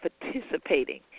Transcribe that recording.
participating